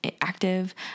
active